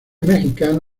mexicano